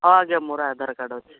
ହଁ ଆଜ୍ଞା ମୋର ଆଧାର କାର୍ଡ଼ ଅଛି